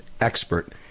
expert